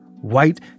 white